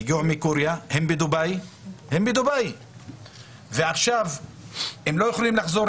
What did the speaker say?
הם בדובאי ועכשיו הם לא יכולים לחזור